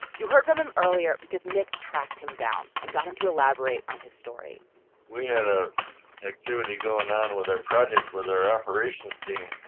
you heard from him earlier. because nick tracked him down and got him to elaborate on his story we had a activity going on with our project where their operations team